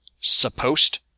supposed